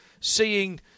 seeing